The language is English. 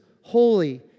holy